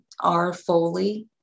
rfoley